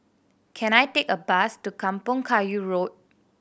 can I take a bus to Kampong Kayu Road